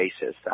basis